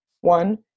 One